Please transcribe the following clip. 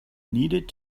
needed